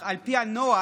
על פי הנוהל